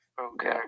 Okay